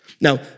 Now